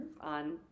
on